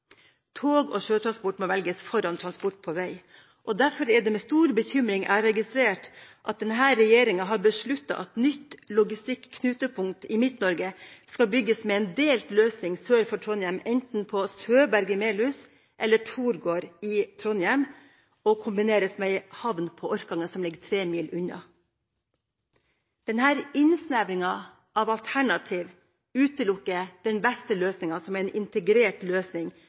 Tog- og sjøtransport må velges foran transport på vei. Derfor er det med stor bekymring jeg har registrert at denne regjeringa har besluttet at nytt logistikk-knutepunkt i Midt-Norge skal bygges med en delt løsning sør for Trondheim, enten på Søberg i Melhus eller Torgård i Trondheim, og kombineres med en havn på Orkanger, som ligger 3 mil unna. Denne innsnevringen av alternativ utelukker den beste løsningen, som er en integrert løsning